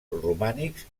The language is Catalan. romànics